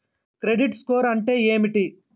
Credit score అంటే ఏమిటి?